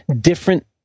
different